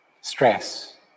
stress